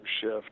shift